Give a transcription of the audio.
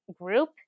group